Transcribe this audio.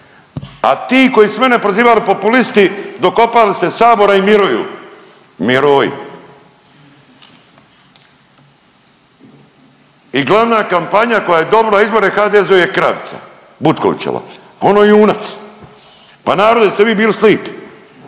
a ti koji su mene prozivali populisti, dokopali se Sabora i miruju. Miruj. I glavna kampanja koja je dobila izbore u HDZ-u je kravica. Butkovićeva, ono je junac. Pa narod, jeste li vi bili slipi?